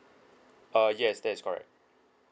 uh yes that is correct